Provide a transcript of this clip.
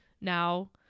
now